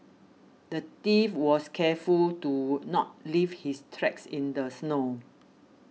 the thief was careful to not leave his tracks in the snow